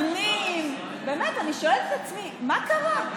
מתייוונים, באמת, אני שואלת את עצמי, מה קרה?